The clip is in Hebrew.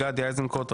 גדי איזנקוט,